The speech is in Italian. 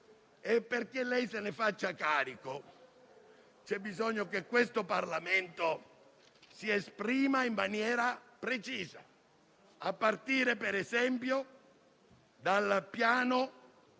Perché lei se ne faccia carico c'è bisogno che questo Parlamento si esprima in maniera precisa a partire, per esempio, dal